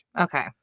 Okay